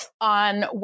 on